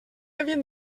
havien